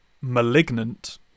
Malignant